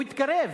הוא התקרב,